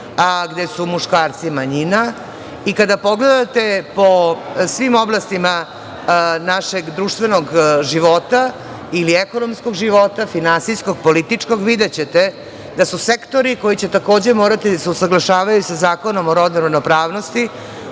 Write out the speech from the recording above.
a gde su muškarci manjina. Kada pogledate po svim oblastima našeg društvenog života ili ekonomskog života, finansijskog, političkog, videćete da su sektori koji će, takođe, morati da se usaglašavaju sa Zakonom o rodnoj ravnopravnosti